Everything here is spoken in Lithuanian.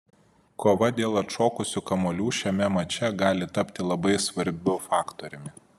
kova dėl atšokusių kamuolių šiame mače gali tapti labai svarbiu faktoriumi